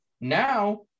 Now